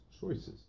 choices